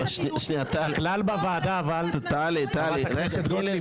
--- חברת הכנסת גוטליב,